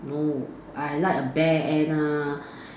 no I like a bear and uh